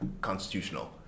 constitutional